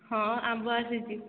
ହଁ ଆମ୍ବ ଆସିଛି